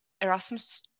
Erasmus